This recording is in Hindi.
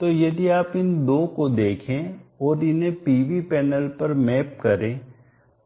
तो यदि आप इन दो को देखें और इन्हें PV पैनल पर मैप करें